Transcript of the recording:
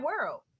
world